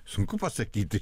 sunku pasakyti